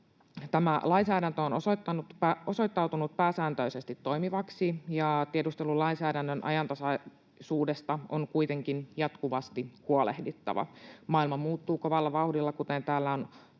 Tämä lainsäädäntö on osoittautunut pääsääntöisesti toimivaksi. Tiedustelulainsäädännön ajantasaisuudesta on kuitenkin jatkuvasti huolehdittava. Maailma muuttuu kovalla vauhdilla, kuten täällä on